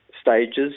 stages